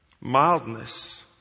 Mildness